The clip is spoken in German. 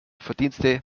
verdienste